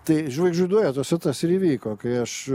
tai žvaigždžių duetuose tas ir įvyko kai aš